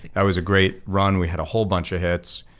that was a great run. we had a whole bunch of hits,